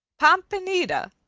pompanita,